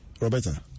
Roberta